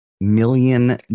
million